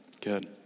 Good